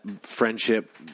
friendship